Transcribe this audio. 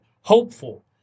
hopeful